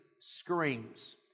screams